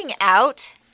out